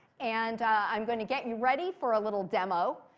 and i'm going to get you ready for a little demo.